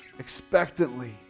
Expectantly